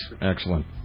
Excellent